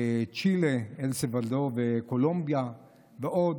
צ'ילה, אל סלבדור, קולומביה ועוד.